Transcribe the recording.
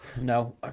No